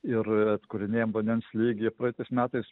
ir atkūrinėjam vandens lygį praeitais metais